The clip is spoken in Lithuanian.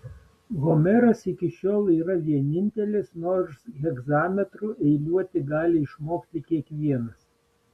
homeras iki šiol yra vienintelis nors hegzametru eiliuoti gali išmokti kiekvienas